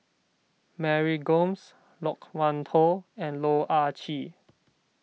Mary Gomes Loke Wan Tho and Loh Ah Chee